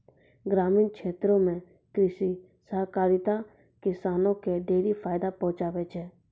ग्रामीण क्षेत्रो म कृषि सहकारिता किसानो क ढेरी फायदा पहुंचाबै छै